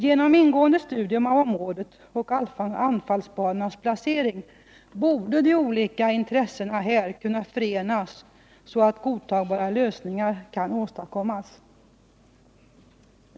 Genom ingående studium av området och anfallsbanornas placering borde de olika intressena här kunna förenas så att godtagbara lösningar kan åstadkommas.